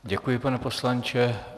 Děkuji, pane poslanče.